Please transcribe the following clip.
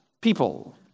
people